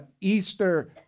Easter